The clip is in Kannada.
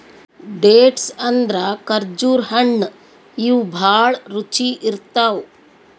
ಡೇಟ್ಸ್ ಅಂದ್ರ ಖರ್ಜುರ್ ಹಣ್ಣ್ ಇವ್ ಭಾಳ್ ರುಚಿ ಇರ್ತವ್